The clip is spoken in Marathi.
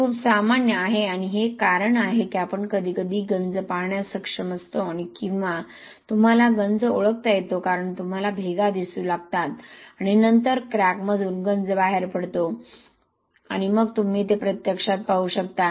हे खूप सामान्य आहे आणि हे एक कारण आहे की आपण कधीकधी गंज पाहण्यास सक्षम असतो किंवा तुम्हाला गंज ओळखता येते कारण तुम्हाला भेगा दिसू लागतात आणि नंतर क्रॅकमधून गंज बाहेर पडतो आणि मग तुम्ही ते प्रत्यक्षात पाहू शकता